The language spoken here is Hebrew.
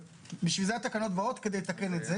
בשביל זה התקנות באות כדי לתקן את זה.